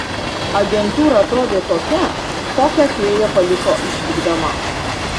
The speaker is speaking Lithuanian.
agentūra atrodė tokia kokią fėja paliko išvykdama